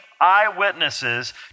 eyewitnesses